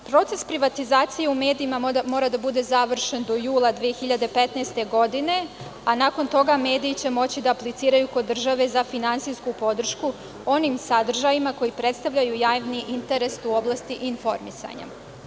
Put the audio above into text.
Proces privatizacije u medijima mora da bude završen do jula 2015. godine, a nakon toga mediji će moći da apliciraju kod države za finansijsku podršku onim sadržajima koji predstavljaju javni interes u oblasti informisanja.